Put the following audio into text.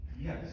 yes